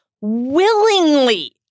willingly